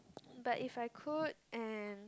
but if I could and